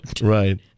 Right